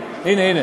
אין הבנות, לצערי.